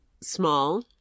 small